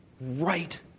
right